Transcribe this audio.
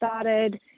started